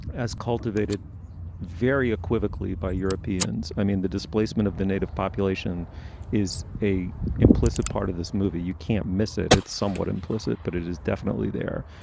as cultivated very equivocally by europeans, i mean, the displacement of the native population is a implicit part of this movie. you can't miss it. it's somewhat implicit, but it is definitely there.